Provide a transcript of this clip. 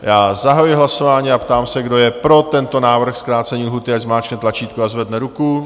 Já zahajuji hlasování a ptám se, kdo je pro tento návrh zkrácení lhůty, ať zmáčkne tlačítko a zvedne ruku.